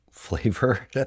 flavor